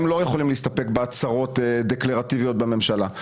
הם לא יכולים להסתפק בהצהרות דקלרטיביות בממשלה.